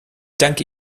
danke